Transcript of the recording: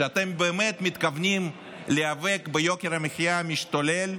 שאתם באמת מתכוונים להיאבק ביוקר המחיה המשתולל,